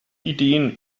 ideen